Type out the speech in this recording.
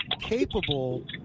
capable